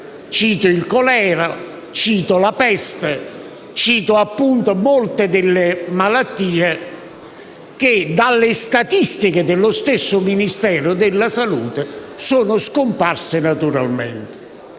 cito il colera, cito la peste, malattie che dalle statistiche dello stesso Ministero della salute sono scomparse naturalmente.